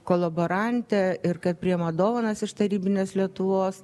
kolaborante ir kad priima dovanas iš tarybinės lietuvos